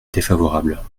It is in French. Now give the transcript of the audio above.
défavorable